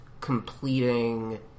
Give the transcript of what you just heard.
completing